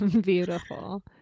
Beautiful